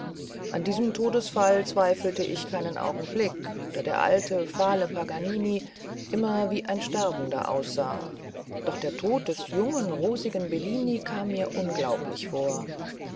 an diesem todesfall zweifelte ich keinen augenblick da der alte fahle paganini immer wie ein sterbender aussah doch der tod des jungen rosigen bellini kam mir unglaublich vor